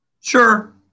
Sure